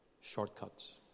shortcuts